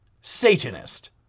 Satanist